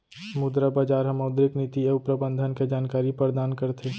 मुद्रा बजार ह मौद्रिक नीति अउ प्रबंधन के जानकारी परदान करथे